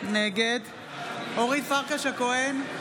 נגד אורית פרקש הכהן,